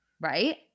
Right